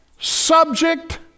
subject